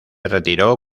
retiró